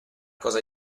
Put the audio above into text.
cosa